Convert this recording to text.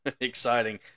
exciting